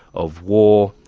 of war,